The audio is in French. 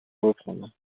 reprendre